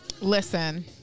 Listen